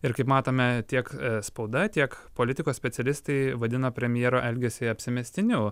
ir kaip matome tiek spauda tiek politikos specialistai vadina premjero elgesį apsimestiniu